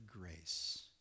grace